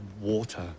water